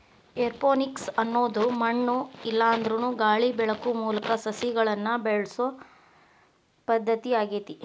aeroponics ಅನ್ನೋದು ಮಣ್ಣು ಇಲ್ಲಾಂದ್ರನು ಗಾಳಿ ಬೆಳಕು ಮೂಲಕ ಸಸಿಗಳನ್ನ ಬೆಳಿಸೋ ಪದ್ಧತಿ ಆಗೇತಿ